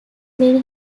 many